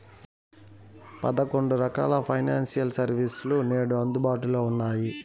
పదకొండు రకాల financial service లు నేడు అందుబాటులో ఉన్నాయి